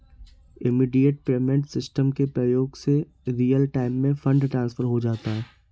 immediate payment system के प्रयोग से रियल टाइम में फंड ट्रांसफर हो जाता है